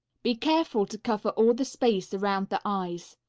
be careful to cover all the space around the eyes,